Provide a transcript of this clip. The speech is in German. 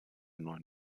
neuen